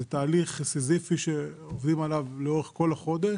זה תהליך סיזיפי שעובדים עליו לאורך כל החודש.